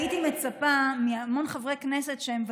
הייתי מצפה מהמון חברי כנסת שהם ותיקים,